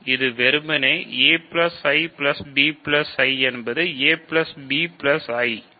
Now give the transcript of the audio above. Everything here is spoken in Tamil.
இது வெறுமனே a I b I என்பது a b I